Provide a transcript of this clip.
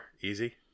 easy